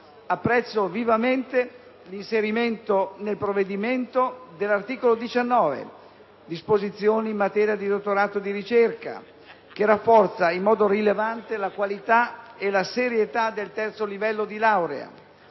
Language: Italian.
Apprezzo vivamente l'inserimento nel provvedimento dell'articolo 19 («Disposizioni in materia di dottorato di ricerca»), che rafforza in modo rilevante la qualità e la serietà del terzo livello di laurea.